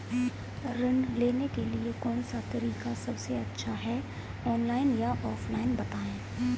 ऋण लेने के लिए कौन सा तरीका सबसे अच्छा है ऑनलाइन या ऑफलाइन बताएँ?